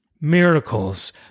miracles